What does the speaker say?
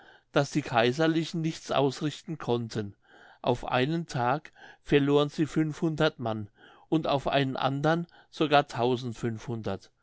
daß die kaiserlichen nichts ausrichten konnten auf einen tag verloren sie mann und auf einen andern sogar